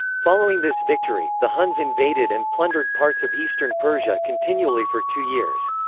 following this victory, the huns invaded and plundered parts of eastern persia continually for two years.